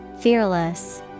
fearless